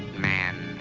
man